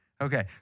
Okay